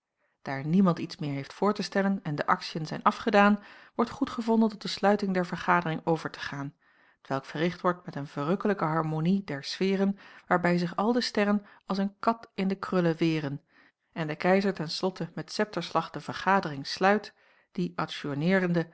daar niemand iets meer heeft voor te stellen en de aktiën zijn afgedaan wordt goedgevonden tot de sluiting der vergadering over te gaan t welk verricht wordt met een verrukkelijke harmonie der sfeeren waarbij zich al de sterren als een kat in de krullen weren en de keizer ten slotte met septerslag de vergadering sluit die adjourneerende